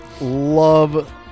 love